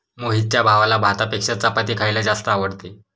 मोहितच्या भावाला भातापेक्षा चपाती खायला जास्त आवडते